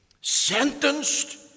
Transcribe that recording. sentenced